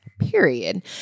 period